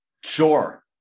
Sure